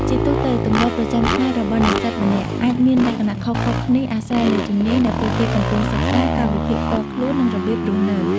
ជាទូទៅ ទម្លាប់ប្រចាំថ្ងៃរបស់និស្សិតម្នាក់អាចមានលក្ខណៈខុសៗគ្នាអាស្រ័យលើជំនាញដែលពួកគេកំពុងសិក្សា កាលវិភាគផ្ទាល់ខ្លួន និងរបៀបរស់នៅ។